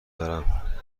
دارم